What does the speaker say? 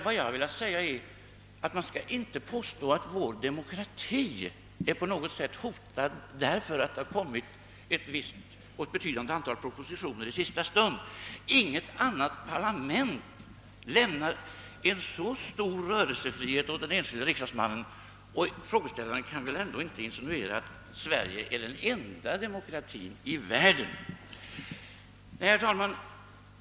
Vad jag har velat framhålla är att man inte bör påstå att vår demokrati på något sätt är hotad därför att det har kommit ett betydande antal propositioner i sista stund. Inget annat parlament lämnar så stor rörelsefrihet åt den enskilde riksdagsmannen — och frågeställaren kan väl inte insinuera att Sverige är den enda demokratin i världen.